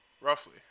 roughly